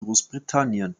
großbritannien